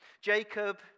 Jacob